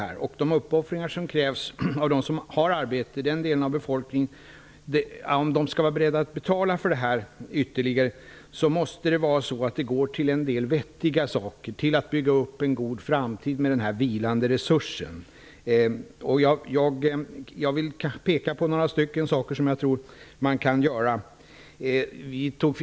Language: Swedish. För att de som redan har arbete skall vara beredda att betala måste pengarna gå till vettiga saker, till att bygga upp en god framtid med den vilande resursen. Jag vill peka på några saker man kan göra.